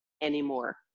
anymore